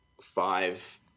five